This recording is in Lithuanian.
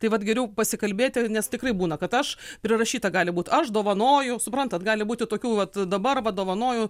tai vat geriau pasikalbėti nes tikrai būna kad aš prirašyta gali būt aš dovanoju suprantat gali būti tokių vat dabar va dovanoju